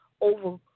over